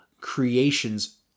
creations